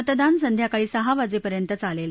मतदान सायकाळी सहा वाजेपर्यंत चालेल